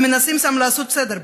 ומנסים שם לעשות סדר?